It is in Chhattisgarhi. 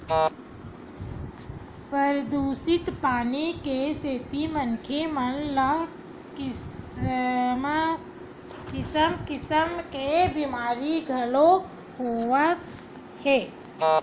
परदूसित पानी के सेती मनखे मन ल किसम किसम के बेमारी घलोक होवत हे